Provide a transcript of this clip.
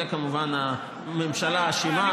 בזה כמובן הממשלה אשמה,